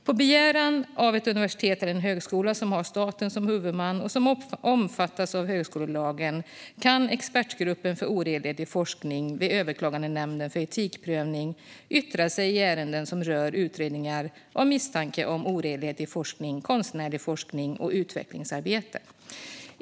På begäran av ett universitet eller en högskola som har staten som huvudman och som ofta omfattas av högskolelagen kan expertgruppen för oredlighet i forskningen vid Överklagandenämnden för etikprövning yttra sig i ärenden som rör utredningar av misstankar om oredlighet i forskning, konstnärlig forskning och utvecklingsarbete.